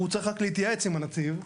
הוא צריך רק להתייעץ עם הנציב,